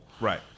Right